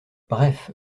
bref